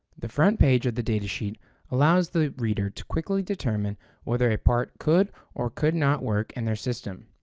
the front page of the data sheet allows the reader to quickly determine whether a part could or could not work in and their system.